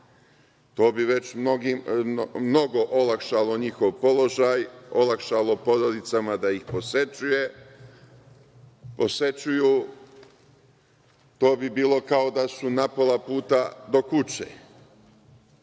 To bi već mnogo olakšalo njihov položaj, olakšalo porodicama da ih posećuju. To bi bilo kao da su napola puta do kuće.